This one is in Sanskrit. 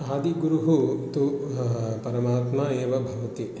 आदिगुरुः तु परमात्मा एव भवति